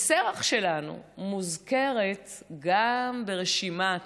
ושרח שלנו מוזכרת גם ברשימת